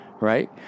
right